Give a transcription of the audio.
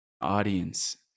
audience